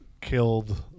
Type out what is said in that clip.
killed